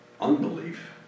unbelief